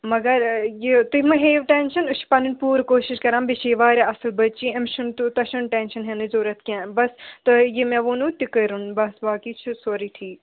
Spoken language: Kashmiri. مگر یہِ تُہۍ مہٕ ہیٚیِو ٹٮ۪نشَن أسۍ چھِ پَنٕنۍ پوٗرٕ کوشِش کران بیٚیہِ چھِ یہِ واریاہ اَصٕل بٔچی أمِس چھُنہٕ تیوٗتاہ چھُنہٕ ٹٮ۪نشَن ہٮ۪نٕچ ضوٚرَتھ کیٚنٛہہ بَس تۄہہِ یہِ مےٚ ووٚنوُ تہِ کٔروُنۍ بَس باقی چھِ سورٕے ٹھیٖک